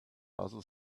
other